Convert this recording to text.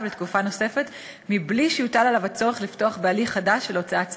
לתקופה נוספת בלי שיוטל עליו הצורך לפתוח הליך חדש של הוצאת צו.